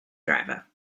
driver